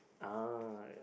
ah